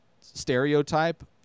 stereotype